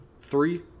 Three